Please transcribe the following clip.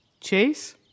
Chase